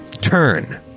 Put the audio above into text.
Turn